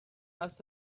must